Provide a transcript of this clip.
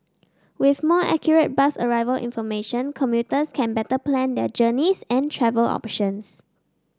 with more accurate bus arrival information commuters can better plan their journeys and travel options